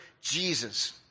Jesus